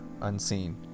unseen